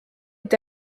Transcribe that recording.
est